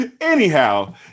Anyhow